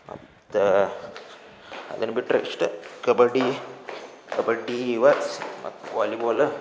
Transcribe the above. ಮತ್ತು ಅದನ್ನು ಬಿಟ್ರೆ ಇಷ್ಟೇ ಕಬಡ್ಡಿ ಕಬಡ್ಡಿ ಇವೆ ಮತ್ತು ವಾಲಿಬಾಲು